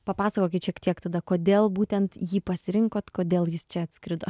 papasakokit šiek tiek tada kodėl būtent jį pasirinkot kodėl jis čia atskrido